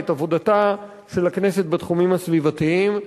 את עבודתה של הכנסת בתחומים הסביבתיים.